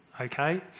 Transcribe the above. okay